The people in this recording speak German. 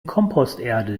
komposterde